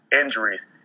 injuries